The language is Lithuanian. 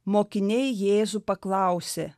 mokiniai jėzų paklausė